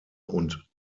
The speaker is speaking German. und